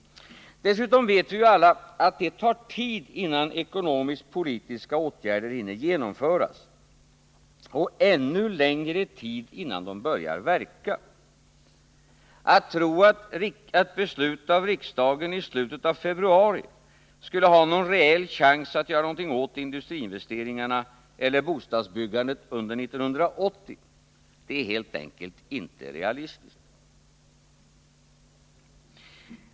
Dessutom vet vi ju alla att det tar tid innan ekonomisk-politiska åtgärder hinner genomföras och ännu längre tid innan de börjar verka. Att tro att beslut av riksdagen i slutet av februari skulle ha någon reell chans att göra någonting åt industriinvesteringarna eller bostadsbyggandet under 1980 är helt enkelt inte realistiskt.